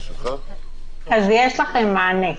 אז יש לכם מענה?